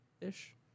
ish